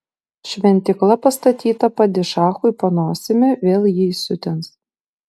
šventykla pastatyta padišachui po nosimi vėl jį įsiutins